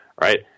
Right